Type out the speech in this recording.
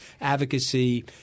advocacy